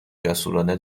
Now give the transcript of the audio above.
جسورانه